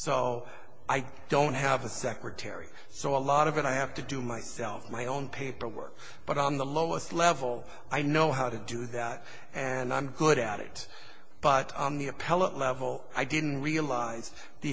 so i don't have a secretary so a lot of it i have to do myself my own paperwork but on the lowest level i know how to do that and i'm good at it but on the appellate level i didn't realize the